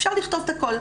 אפשר לכתוב את הכל.